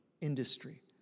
industry